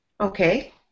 Okay